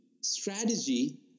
strategy